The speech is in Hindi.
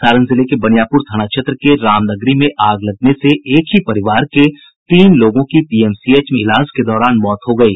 सारण जिले के बनियापुर थाना क्षेत्र के रामनगरी में आग लगने से एक ही परिवार के तीन लोगों की पीएमसीएच में इलाज के दौरान मौत हो गयी